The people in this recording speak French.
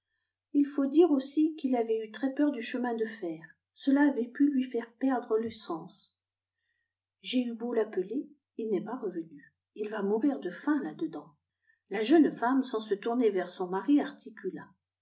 ii faut dire aussi qu'il avait eu très peur du chemin de fer cela avait pu lui faire perdre le sens j'ai eu beau l'appeler il n'est pas revenu ii va mourir de faim là dedans la jeune femme sans se tourner vers son mari articula